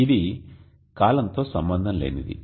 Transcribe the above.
ఇది కాలంతో సంబంధం లేనిది